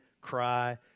cry